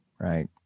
Right